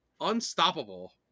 unstoppable